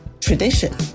tradition